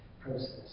process